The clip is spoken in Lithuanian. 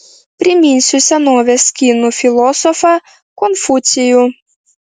priminsiu senovės kinų filosofą konfucijų